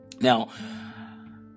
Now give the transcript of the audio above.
Now